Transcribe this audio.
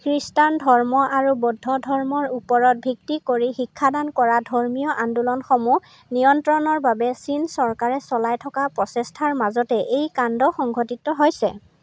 খ্ৰীষ্টান ধৰ্ম আৰু বৌদ্ধ ধৰ্মৰ ওপৰত ভিত্তি কৰি শিক্ষাদান কৰা ধৰ্মীয় আন্দোলনসমূহ নিয়ন্ত্ৰণৰ বাবে চীন চৰকাৰে চলাই থকা পচেষ্টাৰ মাজতে এই কাণ্ড সংঘটিত হৈছে